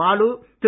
Balu Thiru